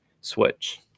switch